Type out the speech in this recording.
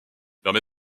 permet